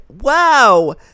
Wow